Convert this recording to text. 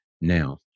now